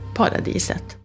paradiset